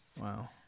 Wow